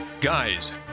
Guys